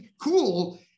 cool